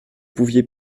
pouviez